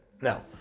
Now